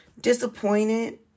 disappointed